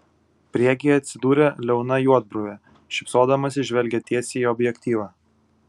priekyje atsidūrė liauna juodbruvė šypsodamasi žvelgė tiesiai į objektyvą